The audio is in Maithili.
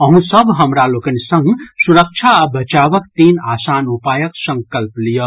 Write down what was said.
अहूँ सभ हमरा लोकनि संग सुरक्षा आ बचावक तीन आसान उपायक संकल्प लियऽ